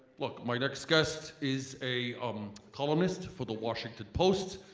look my next guest is a um columnist for the washington post,